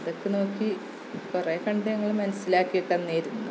അതൊക്കെ നോക്കി കുറേ കണ്ട് ഞങ്ങൾ മനസ്സിലാക്കിയൊക്കെ ഇരുന്നു